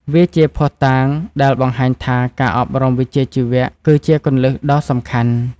វាជាភស្តុតាងដែលបង្ហាញថាការអប់រំវិជ្ជាជីវៈគឺជាគន្លឹះដ៏សំខាន់។